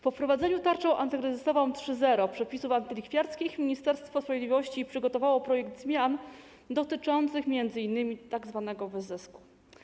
Po wprowadzeniu tarczą antykryzysową 3.0 przepisów antylichwiarskich Ministerstwo Sprawiedliwości przygotowało projekt zmian dotyczących m.in. tzw. wyzysku.